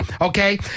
okay